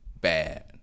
bad